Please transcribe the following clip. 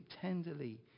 tenderly